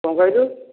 କ'ଣ କହିଲୁ